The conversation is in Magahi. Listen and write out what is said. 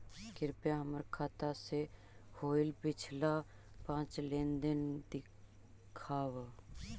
कृपा हमर खाता से होईल पिछला पाँच लेनदेन दिखाव